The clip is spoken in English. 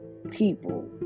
people